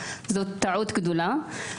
זו טעות גדולה.